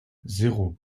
zéro